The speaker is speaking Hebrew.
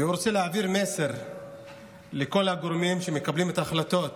והוא רוצה להעביר מסר לכל הגורמים שמקבלים את ההחלטות,